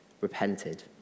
repented